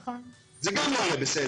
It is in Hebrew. הרי זה גם לא יהיה בסדר.